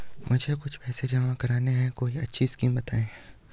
मुझे कुछ पैसा जमा करना है कोई अच्छी स्कीम बताइये?